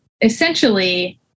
essentially